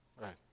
Right